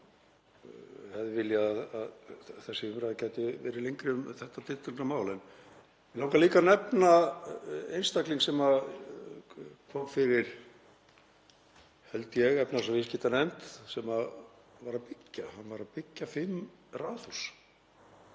þessi umræða gæti verið lengri um þetta tiltekna mál. En mig langar líka að nefna einstakling sem kom fyrir, held ég, efnahags- og viðskiptanefnd og sem var að byggja. Hann var að byggja fimm raðhús,